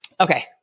Okay